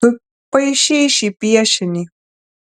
tu paišei šį piešinį